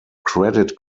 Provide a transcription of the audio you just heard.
credit